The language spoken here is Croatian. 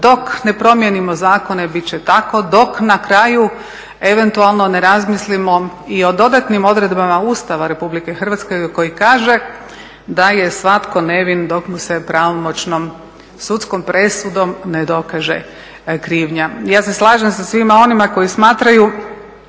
dok ne promijenimo zakone bit će tako, dok na kraju eventualno ne razmislimo i o dodatnim odredbama Ustava Republike Hrvatske koji kaže da je svatko nevin dok mu se pravomoćno sudskom presudom ne dokaže krivnja. Ja se slažem sa svima onima koji smatraju,